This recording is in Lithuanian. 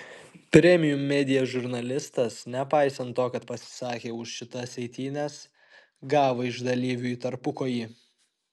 premium media žurnalistas nepaisant to kad pasisakė už šias eitynes gavo iš dalyvių į tarpukojį